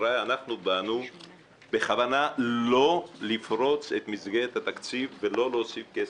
אנחנו באנו בכוונה לא לפרוץ את מסגרת התקציב ולא להוסיף כסף.